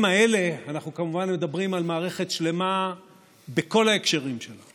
כביכול, מה שקרה היה